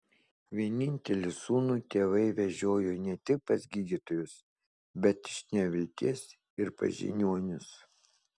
vienintelį sūnų tėvai vežiojo ne tik pas gydytojus bet iš nevilties ir pas žiniuonius